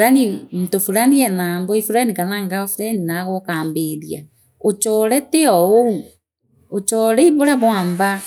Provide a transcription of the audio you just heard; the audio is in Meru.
yaani muntu Fulani eera boyfriend kana girlfriend nagwookimbiria uchore if oo au uchore ii buria bwamba